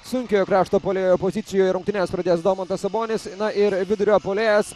sunkiojo krašto puolėjo pozicijoj rungtynes pradės domantas sabonis na ir vidurio puolėjas